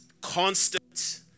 constant